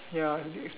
ya